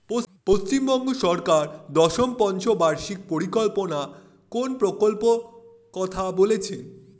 পশ্চিমবঙ্গ সরকার দশম পঞ্চ বার্ষিক পরিকল্পনা কোন প্রকল্প কথা বলেছেন?